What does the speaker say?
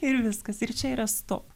ir viskas ir čia yra stop